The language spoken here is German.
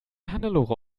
hannelore